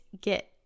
get